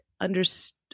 understood